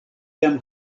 jam